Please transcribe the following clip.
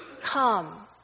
come